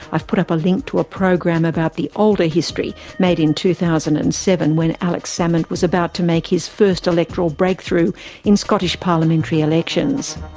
i've put up a link to a program about the older history, made in two thousand and seven, when alex salmond was about to make his first electoral breakthrough in scottish parliamentary elections.